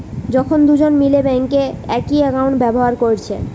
যখন দুজন মিলে বেঙ্কে একই একাউন্ট ব্যাভার কোরছে